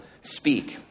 speak